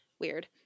Weird